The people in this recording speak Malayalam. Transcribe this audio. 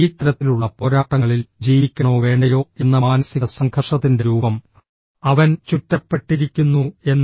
ഈ തരത്തിലുള്ള പോരാട്ടങ്ങളിൽ ജീവിക്കണോ വേണ്ടയോ എന്ന മാനസിക സംഘർഷത്തിന്റെ രൂപം അവൻ ചുറ്റപ്പെട്ടിരിക്കുന്നു എന്ന്